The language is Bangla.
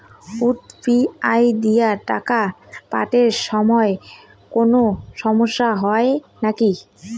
ইউ.পি.আই দিয়া টাকা পাঠের সময় কোনো সমস্যা হয় নাকি?